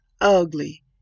ugly